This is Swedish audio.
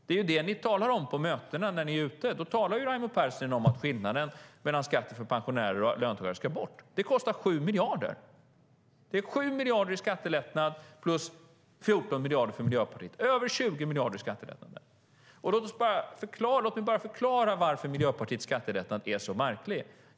Det är det som ni talar om när ni är ute på möten. Då talar Raimo Pärssinen om att skillnaden i skatt mellan pensionärer och löntagare ska bort. Det kostar 7 miljarder. Det är 7 miljarder i skattelättnad plus 14 miljarder för Miljöpartiet. Det är över 20 miljarder i skattelättnader. Låt mig bara förklara varför Miljöpartiets skattelättnad är så märklig.